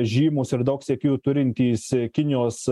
žymūs ir daug sekėjų turintys kinijos